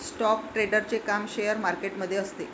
stock ट्रेडरचे काम share market मध्ये असते